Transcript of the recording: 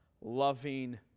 loving